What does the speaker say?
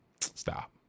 Stop